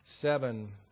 seven